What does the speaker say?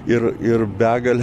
ir ir begalė